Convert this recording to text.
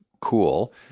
cool